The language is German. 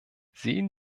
sehen